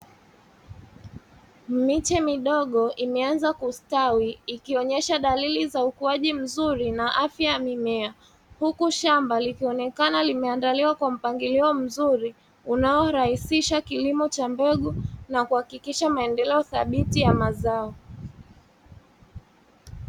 Miche midogo imeanza kustawi ikionyesha dalili za ukuaji mzuri na afya ya mimea huku shamba likionekana limeandaliwa kwa mpangilio mzuri unaorahisisha kilimo cha mbegu na kuhakikisha maendeleo thabiti ya mazao.